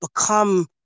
become